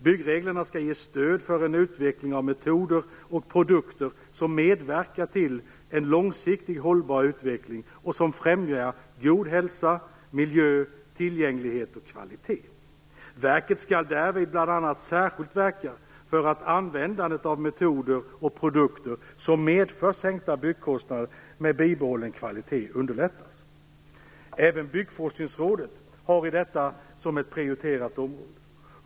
Byggreglerna skall ge stöd för en utveckling av metoder och produkter som medverkar till en långsiktigt hållbar utveckling och som främjar god hälsa, miljö, tillgänglighet och kvalitet. Verket skall därvid bl.a. särskilt verka för att användandet av metoder och produkter som medför sänkta byggkostnader med bibehållen kvalitet underlättas. Även Byggforskningsrådet har detta som ett prioriterat område.